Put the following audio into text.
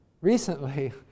recently